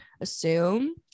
assume